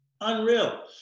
unreal